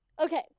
Okay